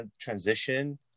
transition